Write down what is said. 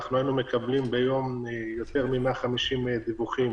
היינו מקבלים ביום יותר מ-150 דיווחים